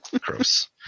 Gross